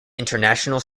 international